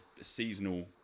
seasonal